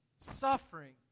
suffering